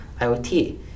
IoT